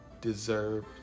deserve